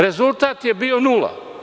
Rezultat je bio nula.